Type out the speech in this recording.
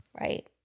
right